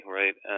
right